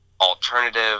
alternative